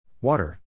Water